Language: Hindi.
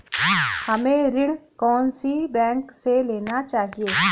हमें ऋण कौन सी बैंक से लेना चाहिए?